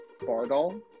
Bardol